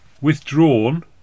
withdrawn